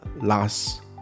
last